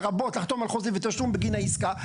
לרבות לחתום על חוזה ותשלום בגין העסקה,